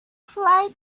flight